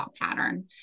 pattern